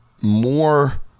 more